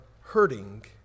hurting